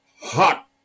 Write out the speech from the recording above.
hot